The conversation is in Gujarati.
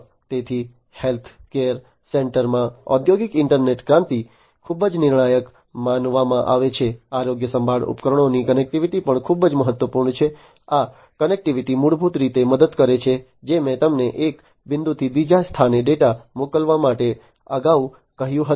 તેથી હેલ્થકેર સેન્ટરમાં ઔદ્યોગિક ઈન્ટરનેટ ક્રાંતિ ખૂબ જ નિર્ણાયક માનવામાં આવે છે આરોગ્યસંભાળ ઉપકરણોની કનેક્ટિવિટી પણ ખૂબ જ મહત્વપૂર્ણ છે આ કનેક્ટિવિટી મૂળભૂત રીતે મદદ કરે છે જે મેં તમને એક બિંદુથી બીજા સ્થાને ડેટા મોકલવા માટે અગાઉ કહ્યું હતું